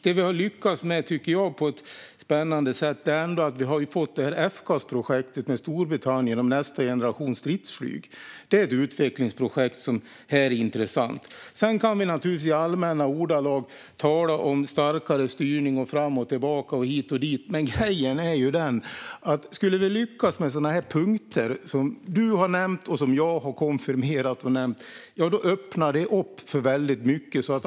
Det vi har lyckats med på ett spännande sätt är FCAS-projektet med Storbritannien om nästa generations stridsflyg. Det är ett intressant utvecklingsprojekt. Sedan kan vi i allmänna ordalag tala om starkare styrning, fram och tillbaka, hit och dit, men grejen är den att om sådana punkter ska lyckas, som du har nämnt och jag har konfirmerat, öppnar de för mycket.